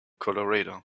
colorado